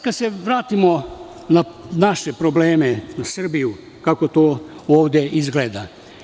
Kad se vratimo na naše probleme u Srbiji, kako to ovde izgleda?